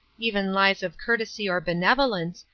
even lies of courtesy or benevolence,